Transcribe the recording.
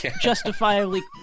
justifiably